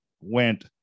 went